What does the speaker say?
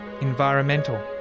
Environmental